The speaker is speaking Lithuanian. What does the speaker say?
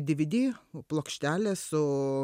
dvd plokštelė su